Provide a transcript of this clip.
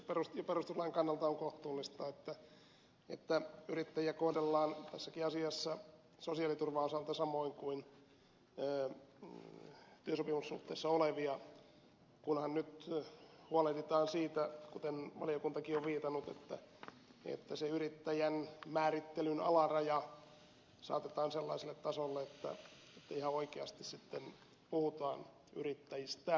tietysti perustuslain kannalta on kohtuullista että yrittäjiä kohdellaan tässäkin asiassa sosiaaliturvan osalta samoin kuin työsopimussuhteessa olevia kunhan nyt huolehditaan siitä mihin valiokuntakin on viitannut että se yrittäjän määrittelyn alaraja saatetaan sellaiselle tasolle että ihan oikeasti sitten puhutaan yrittäjistä